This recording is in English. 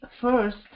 first